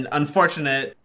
unfortunate